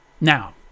Now